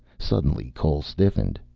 suddenly cole stiffened.